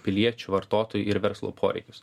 piliečių vartotojų ir verslo poreikius